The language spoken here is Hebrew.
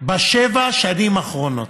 בשבע השנים האחרונות.